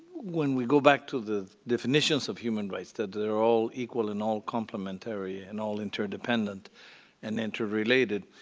when we go back to the definitions of human rights, that they are all equal and all complementary and all interdependent and interrelated,